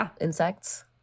insects